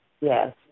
Yes